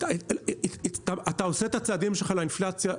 אתה עושה את הצעדים שלך לאינפלציה.